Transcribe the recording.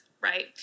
right